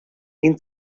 این